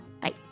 Bye